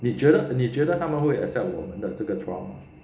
他觉得你觉得他们会 accept 我们的这个 trial 吗